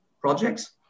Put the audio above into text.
projects